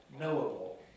knowable